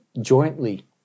jointly